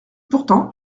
pourtant